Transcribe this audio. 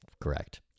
Correct